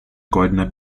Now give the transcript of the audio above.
goldener